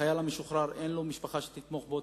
לחייל משוחרר אין משפחה שתתמוך בו,